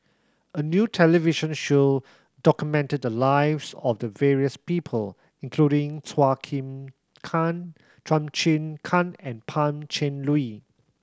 a new television show documented the lives of the various people including Chua Kim Kang Chua Chim Kang and Pan Cheng Lui